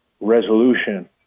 resolution